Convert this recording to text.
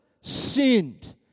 sinned